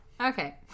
Okay